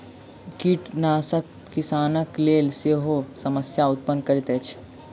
कृंतकनाशक किसानक लेल सेहो समस्या उत्पन्न करैत अछि